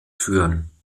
führen